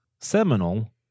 seminal